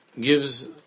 gives